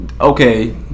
okay